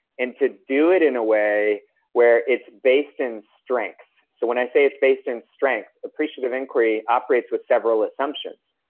and to do it in a way where it's based on strengths. so when i say it's based on strengths, appreciative inquiry operates with several assumptions.